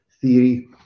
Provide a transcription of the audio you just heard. theory